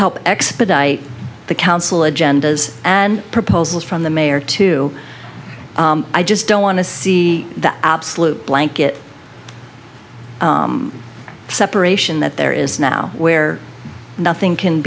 help expedite the council agendas and proposals from the mayor to i just don't want to see the absolute blanket separation that there is now where nothing can